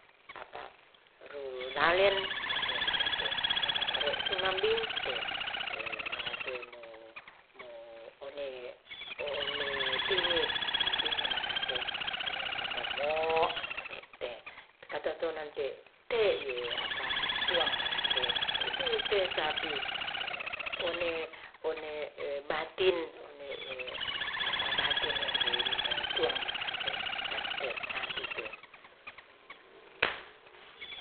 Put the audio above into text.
Apa ruralen nate mangaase, one ore' summambing te mangase mo mo one tingi, tingi mangase. mapa moo arete katatonan te te apa tuang mangase itu te sapi one one batin one batin onde tuang mangase te sapi te